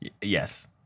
Yes